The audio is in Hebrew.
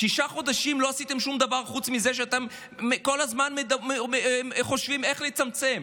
שישה חודשים לא עשיתם שום דבר חוץ מזה שאתם כל הזמן חושבים איך לצמצם.